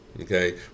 okay